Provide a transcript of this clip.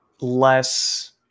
less